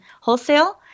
wholesale